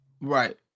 Right